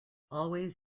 always